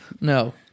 No